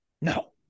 no